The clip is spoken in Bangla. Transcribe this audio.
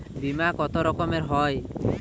বিমা কত রকমের হয়?